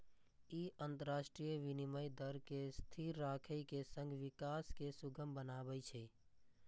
ई अंतरराष्ट्रीय विनिमय दर कें स्थिर राखै के संग विकास कें सुगम बनबै छै